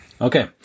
Okay